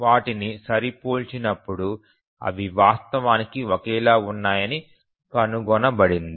వాటిని సరిపోల్చినప్పుడు అవి వాస్తవానికి ఒకేలా ఉన్నాయని కనుగొనబడింది